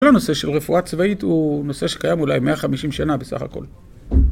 כל הנושא של רפואה צבאית הוא נושא שקיים אולי 150 שנה בסך הכל.